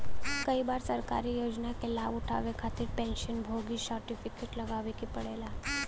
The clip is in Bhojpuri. कई बार सरकारी योजना क लाभ उठावे खातिर पेंशन भोगी सर्टिफिकेट लगावे क पड़ेला